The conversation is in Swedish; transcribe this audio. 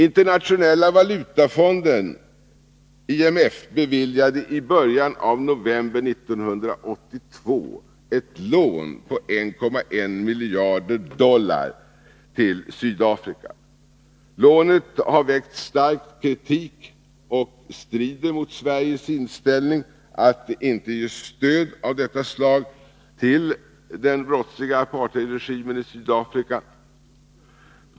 Internationella valutafonden, IMF, beviljade i början av november 1982 ett lån på 1,1 miljarder dollar till Sydafrika. Lånet har väckt stark kritik och strider mot Sveriges inställning att inte ge stöd av detta slag till den brottsliga apartheidregimen i Sydafrika.